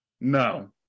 No